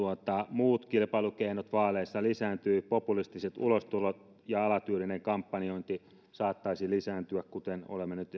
muut kilpailukeinot vaaleissa lisääntyvät populistiset ulostulot ja alatyylinen kampanjointi saattaisivat lisääntyä kuten olemme nyt